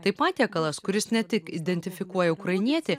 tai patiekalas kuris ne tik identifikuoja ukrainietį